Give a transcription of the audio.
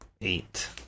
eight